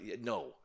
No